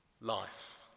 life